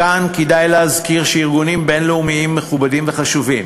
כאן כדאי להזכיר שארגונים בין-לאומיים מכובדים וחשובים,